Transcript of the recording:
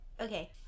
Okay